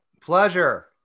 Pleasure